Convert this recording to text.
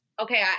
okay